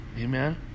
Amen